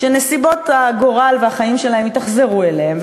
שנסיבות הגורל והחיים שלהם התאכזרו אליהם,